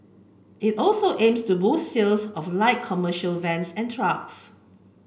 it also aims to boost sales of light commercial vans and trucks